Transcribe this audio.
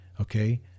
okay